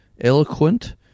eloquent